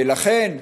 ולכן,